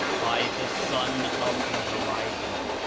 by the sun of the horizon!